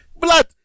Blood